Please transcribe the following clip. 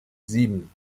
sieben